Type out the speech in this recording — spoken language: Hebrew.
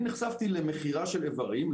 אני נחשפתי למכירה של איברים.